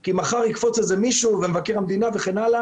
כי אם מחר יקפוץ מישהו ומבקר המדינה וכן הלאה